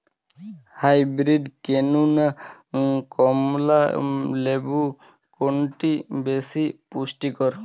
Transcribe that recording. Hybrid কেনু না কমলা লেবু কোনটি বেশি পুষ্টিকর?